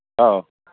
ꯑꯥꯎ